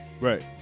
Right